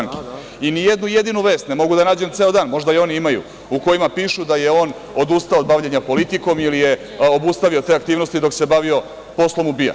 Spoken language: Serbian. Ni jednu jedinu vest ne mogu da nađem ceo dan, možda je oni imaju, u kojoj piše da je on odustao od bavljenja politikom ili je obustavio te aktivnosti dok se bavio poslom u BIA.